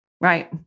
Right